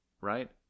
right